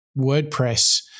WordPress